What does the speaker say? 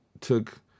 took